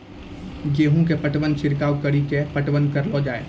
गेहूँ के पटवन छिड़काव कड़ी के पटवन करलो जाय?